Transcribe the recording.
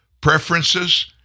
preferences